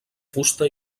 fusta